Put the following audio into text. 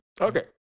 Okay